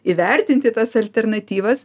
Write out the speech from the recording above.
įvertinti tas alternatyvas